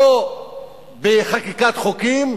לא בחקיקת חוקים,